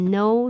no